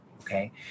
okay